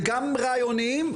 וגם רעיוניים,